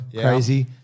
crazy